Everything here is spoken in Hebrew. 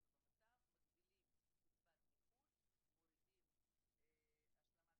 אנחנו במצב שמגדילים קצבת נכות ומורידים את השלמת